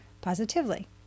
positively